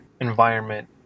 environment